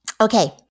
Okay